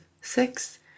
six